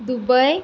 Dubai